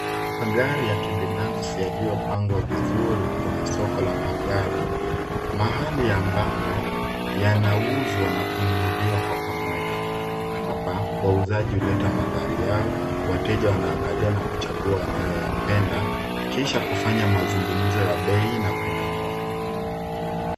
Magari ya kibinafsi yaliyopangwa vizuri kwenye soko la magari, mahali ambapo yanauzwa na kununuliwa kwa pamoja. Apa wauzaji huleta magari yao wateja wanaangalia na kuchagua wanayoyapenda kisha kufanya mazungumzo ya bei na kununua.